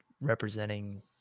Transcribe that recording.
representing